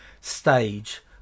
stage